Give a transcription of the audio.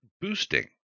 boosting